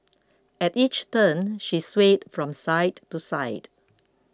at each turn she swayed from side to side